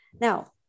Now